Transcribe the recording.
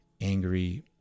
angry